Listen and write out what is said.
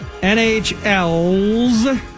NHL's